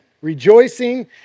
Rejoicing